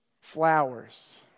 Flowers